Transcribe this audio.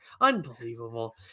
unbelievable